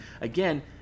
again